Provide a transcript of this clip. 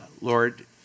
Lord